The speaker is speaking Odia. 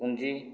ପୁଞ୍ଜି